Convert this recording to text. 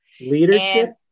leadership